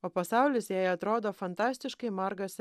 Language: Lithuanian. o pasaulis jai atrodo fantastiškai margas